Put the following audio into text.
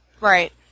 Right